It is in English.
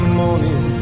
morning